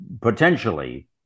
potentially